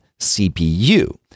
CPU